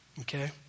Okay